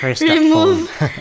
Remove